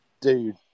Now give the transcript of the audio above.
Dude